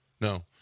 no